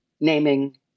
naming